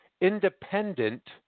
independent